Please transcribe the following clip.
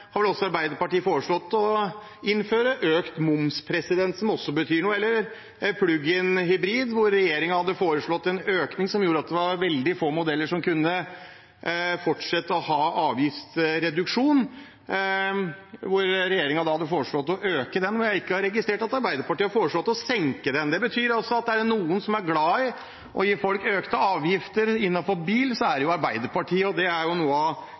også Arbeiderpartiet foreslått å innføre økt moms, som også betyr noe, eller plug-in hybrid, hvor regjeringen hadde foreslått en økning som gjorde at det var veldig få modeller som kunne fortsette å ha avgiftsreduksjon, men jeg har ikke registrert at Arbeiderpartiet har foreslått å senke den. Det betyr altså at er det noen som er glad i å gi folk økte avgifter innenfor bil, er det Arbeiderpartiet. Det er greit å ha med seg det også. Så har jeg lyst til å si, for det er jo